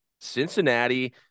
Cincinnati